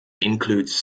includes